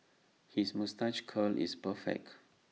his moustache curl is perfect